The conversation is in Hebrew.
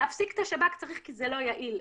להפסיק את השב"כ צריך כי זה לא יעיל.